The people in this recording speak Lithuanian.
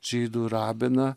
žydų rabiną